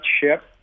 ship